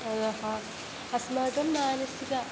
अतः अस्माकं मानसिकम्